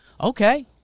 okay